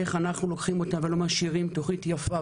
איך אנחנו לוקחים אותם ולא משאירים תוכנית יפה,